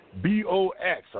B-O-X